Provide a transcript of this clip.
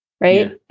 right